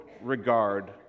regard